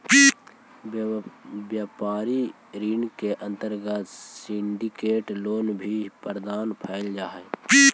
व्यापारिक ऋण के अंतर्गत सिंडिकेट लोन भी प्रदान कैल जा हई